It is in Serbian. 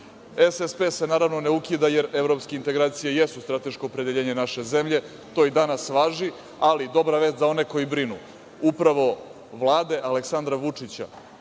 se, naravno, ne ukida, jer evropske integracije jesu strateško opredeljenje naše zemlje, to i danas važi, ali dobra vest za one koji brinu upravo vlade Aleksandra Vučića